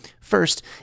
First